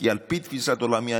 כי על פי תפיסת עולמי,